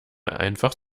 einfach